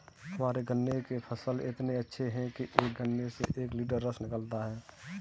हमारे गन्ने के फसल इतने अच्छे हैं कि एक गन्ने से एक लिटर रस निकालता है